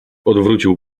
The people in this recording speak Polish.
odwrócił